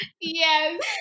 Yes